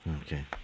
Okay